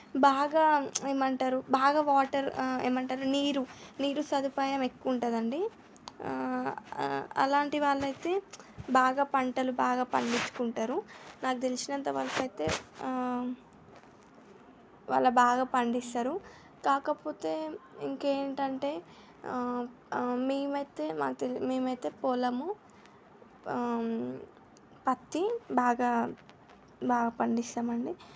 బాగా ఏమంటారు బాగా వాటర్ ఏమంటారు నీరు నీరు సదుపాయం ఎక్కువ ఉంటుందండి అలాంటి వాళ్ళు అయితే బాగా పంటలు బాగా పండించుకుంటారు నాకు తెలిసినంత వరకు అయితే వాళ్ళు బాగా పండిస్తారు కాకపోతే ఇంకా ఏంటంటే మేము అయితే మాకు మేము అయితే పొలము పత్తి బాగా బాగా పండిస్తాము అండి